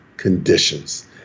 Conditions